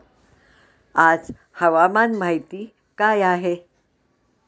आज हवामान माहिती काय आहे?